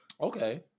Okay